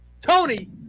Tony